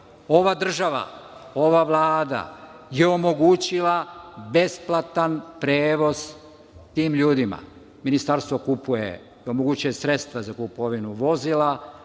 ova država, ova Vlada je omogućila besplatan prevoz tim ljudima. Ministarstvo omogućuje sredstva za kupovinu vozila,